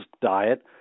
diet